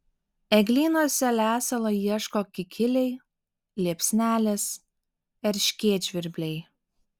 eglynuose lesalo ieško kikiliai liepsnelės erškėtžvirbliai